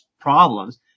problems